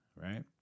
right